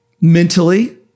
mentally